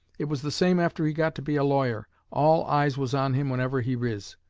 it was the same after he got to be a lawyer. all eyes was on him whenever he riz.